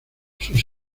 sus